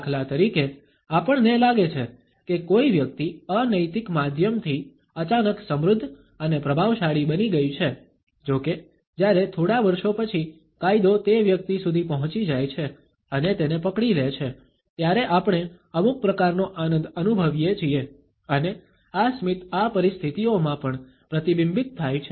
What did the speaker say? દાખલા તરીકે આપણને લાગે છે કે કોઈ વ્યક્તિ અનૈતિક માધ્યમથી અચાનક સમૃદ્ધ અને પ્રભાવશાળી બની ગઈ છે જો કે જ્યારે થોડા વર્ષો પછી કાયદો તે વ્યક્તિ સુધી પહોંચી જાય છે અને તેને પકડી લે છે ત્યારે આપણે અમુક પ્રકારનો આનંદ અનુભવીએ છીએ અને આ સ્મિત આ પરિસ્થિતિઓમાં પણ પ્રતિબિંબિત થાય છે